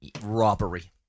Robbery